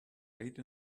late